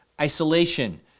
isolation